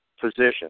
position